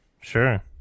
sure